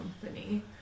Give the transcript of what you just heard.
company